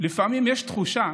לפעמים יש תחושה